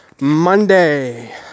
Monday